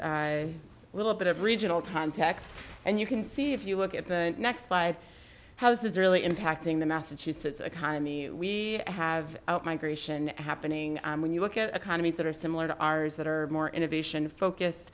a little bit of regional context and you can see if you look at the next five houses really impacting the massachusetts economy we have have migration happening when you look at economies that are similar to ours that are more innovation focused